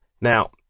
Now